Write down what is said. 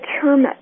term